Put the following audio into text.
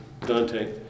Dante